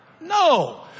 No